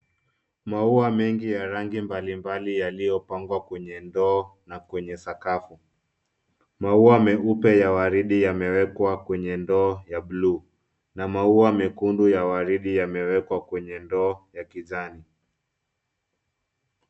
Maua mengi ya rangi mbalimbali yaliyopangwa kwenye ndoo na kwenye sakafu. Maua maua meupe ya waridi yamewekwa kwenye ndoo ya bluu na maua mekundu ya waridi yamewekwa kwenye ndoo ya kijani.